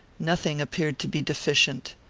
nothing appeared to be deficient.